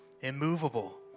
immovable